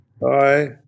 Bye